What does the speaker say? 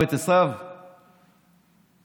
"וַיֶּאֱהַב יצחק את עשו".